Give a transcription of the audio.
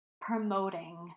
promoting